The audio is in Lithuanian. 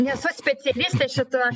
nesu specialistė šito